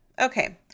Okay